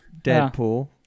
Deadpool